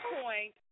point